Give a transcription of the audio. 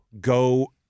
go